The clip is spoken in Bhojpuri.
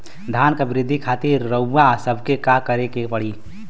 धान क वृद्धि खातिर रउआ सबके का करे के पड़ी?